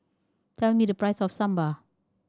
tell me the price of Sambar